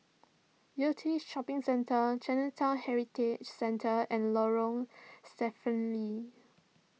Yew Tee Shopping Centre Chinatown Heritage Centre and Lorong Stephen Lee